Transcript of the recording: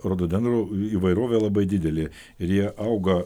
rododendrų įvairovė labai didelė ir jie auga